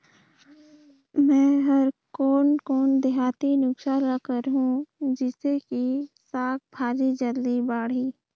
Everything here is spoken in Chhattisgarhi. मै हर कोन कोन देहाती नुस्खा ल करहूं? जिसे कि साक भाजी जल्दी बाड़ही?